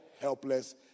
helpless